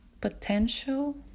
potential